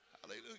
Hallelujah